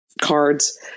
cards